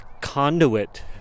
conduit